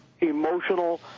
emotional